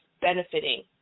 benefiting